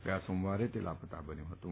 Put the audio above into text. ગયા સોમવારે તે લાપતા બન્યું હતું